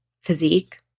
physique